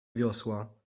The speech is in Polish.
wiosła